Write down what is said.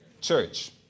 church